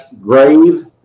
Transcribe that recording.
grave